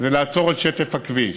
זה לעצור את שטף הכביש.